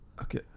Okay